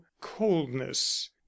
coldness